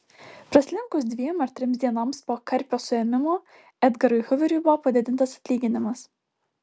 praslinkus dviem ar trims dienoms po karpio suėmimo edgarui huveriui buvo padidintas atlyginimas